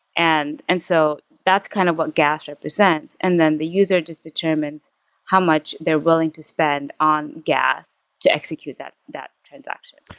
and and so that's kind of what gas represents, and then the user just determines how much they're willing to spend on gas to execute that that transaction.